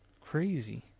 Crazy